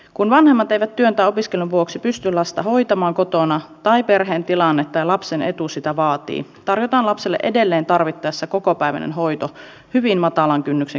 kun vanhemmat eivät työn tai opiskelun vuoksi pysty lasta hoitamaan kotona tai perheen tilanne tai lapsen etu sitä vaatii tarjotaan lapselle edelleen tarvittaessa kokopäiväinen hoito hyvin matalan kynnyksen kriteerillä